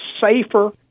safer